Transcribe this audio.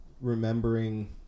remembering